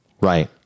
Right